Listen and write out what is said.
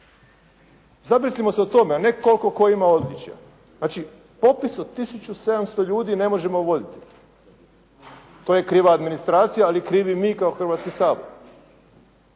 Zamislimo se o tome, a ne koliko tko ima odličja. Znači popis od tisuću 700 ljudi ne možemo voditi. To je kriva administracija, ali krivi mi kao Hrvatski sabor.